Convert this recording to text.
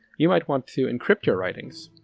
you might want to encrypt your writings.